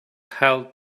held